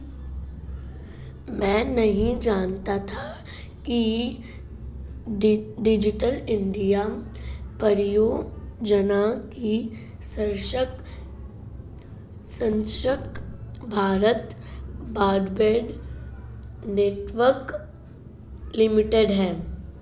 मैं नहीं जानता था कि डिजिटल इंडिया परियोजना की संरक्षक भारत ब्रॉडबैंड नेटवर्क लिमिटेड है